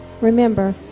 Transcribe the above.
Remember